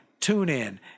TuneIn